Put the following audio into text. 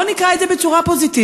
בואו נקרא את זה בצורה פוזיטיבית,